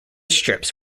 strips